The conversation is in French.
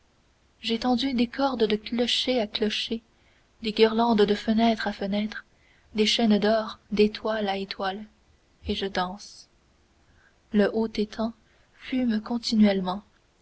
j'ai tendu des cordes de clocher à clocher des guirlandes de fenêtre à fenêtre des chaînes d'or d'étoile à étoile et je danse le haut étang fume continuellement